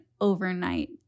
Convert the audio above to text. overnight